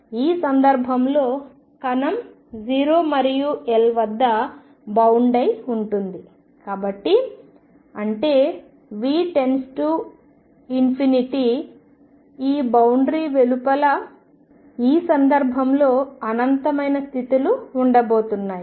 ఈ సందర్భంలో కణం 0 మరియు L మధ్య బౌండ్ అయి కట్టుబడి ఉంటుంది కాబట్టి అంటే V→∞ ఈ బౌండరి వెలుపల ఈ సందర్భంలో అనంతమైన స్థితులు ఉండబోతున్నాయి